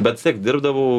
bet vis tiek dirbdavau